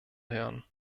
hören